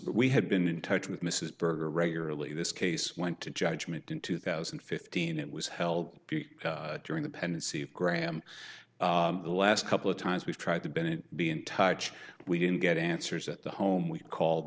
we had been in touch with mrs berger regularly this case went to judgment in two thousand and fifteen and was held during the pendency of graham the last couple of times we've tried to bennett be in touch we didn't get answers at the home we called